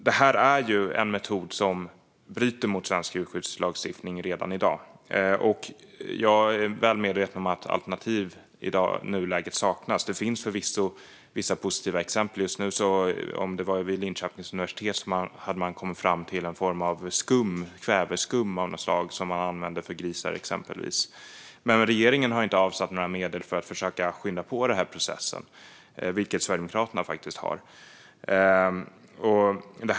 Det är en metod som redan i dag strider mot svensk djurskyddslagstiftning. Jag är väl medveten om att alternativ i nuläget saknas. Men det finns vissa positiva exempel. Just nu har man - jag vet inte om det var vid Linköpings universitet - kommit fram till att man kan använda någon form av skum, kväveskum av något slag, till grisar. Men regeringen har inte avsatt några medel för att försöka skynda på den processen, vilket Sverigedemokraterna faktiskt har.